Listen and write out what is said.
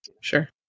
Sure